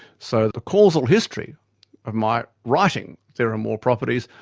so the causal history of my writing, there are more properties,